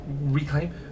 reclaim